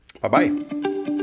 bye-bye